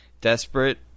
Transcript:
desperate